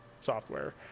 software